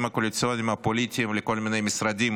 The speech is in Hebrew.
הקואליציוניים הפוליטיים לכל מיני משרדים